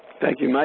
thank you,